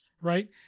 right